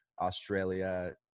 Australia